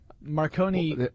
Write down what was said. Marconi-